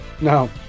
No